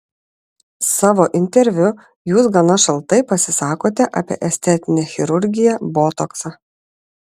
savo interviu jūs gana šaltai pasisakote apie estetinę chirurgiją botoksą